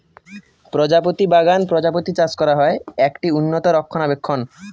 প্রজাপতি বাগান প্রজাপতি চাষ করা হয়, একটি উন্নত রক্ষণাবেক্ষণ